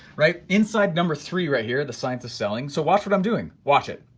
right inside number three, right here, the science of selling. so watch what i'm doing, watch it.